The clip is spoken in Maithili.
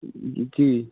की